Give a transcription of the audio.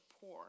poor